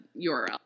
URL